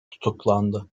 tutuklandı